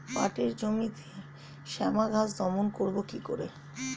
পাটের জমিতে শ্যামা ঘাস দমন করবো কি করে?